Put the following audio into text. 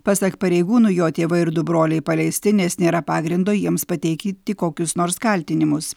pasak pareigūnų jo tėvai ir du broliai paleisti nes nėra pagrindo jiems pateikiti kokius nors kaltinimus